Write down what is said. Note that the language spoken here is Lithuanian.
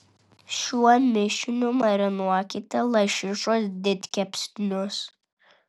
šiuo mišiniu marinuokite lašišos didkepsnius